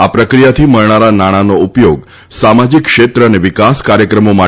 આ પ્રક્રિયાથી મળનારા નાણાંનો ઉપયોગ સામાજીક ક્ષેત્ર અને વિકાસ કાર્યક્રમો માટે કરાશે